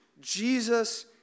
Jesus